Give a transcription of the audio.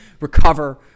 recover